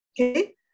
Okay